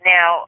Now